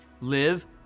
Live